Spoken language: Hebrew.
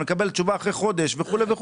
הוא מקבל תשובה אחרי חודש וכולי,